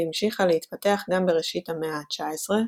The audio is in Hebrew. והמשיכה להתפתח גם בראשית המאה ה-19,